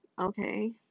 Okay